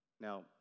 Now